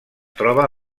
troba